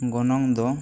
ᱜᱚᱱᱚᱝ ᱫᱚ